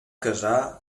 casar